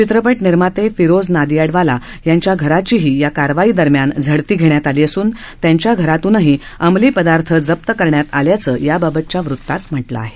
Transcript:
चित्रपट निर्माते फिरोज नाडियाडवाला यांच्या घराचीही या कारवाईदरम्यान झडती घेण्यात आली असून त्यांच्या घरातूनही अंमली पदार्थ जप्त करण्यात आल्याचं याबाबतच्या वृत्तात म्हटलं आहे